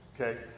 Okay